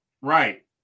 Right